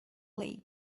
league